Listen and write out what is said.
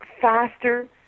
faster